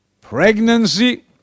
Pregnancy